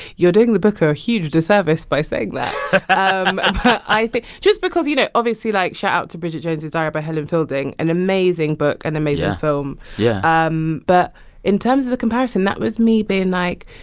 you're doing the book a huge disservice by saying i think just because, you know, obviously, like shout-out to bridget jones's diary by helen fielding, an amazing book and amazing film yeah. yeah um but in terms of the comparison, that was me being like,